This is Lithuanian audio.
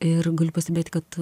ir galiu pastebėti kad